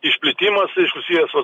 išplitimas ir susijęs su